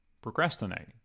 procrastinating